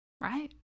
Right